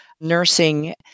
nursing